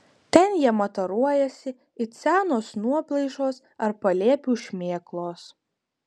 ten jie mataruojasi it senos nuoplaišos ar palėpių šmėklos